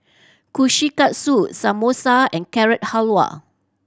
Kushikatsu Samosa and Carrot Halwa